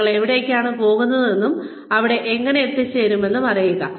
നിങ്ങൾ എവിടേക്കാണ് പോകുന്നതെന്നും അവിടെ എങ്ങനെ എത്തിച്ചേരാമെന്നും അറിയുക